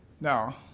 now